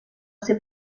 ser